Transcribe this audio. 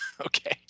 Okay